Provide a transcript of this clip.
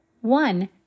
One